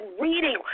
reading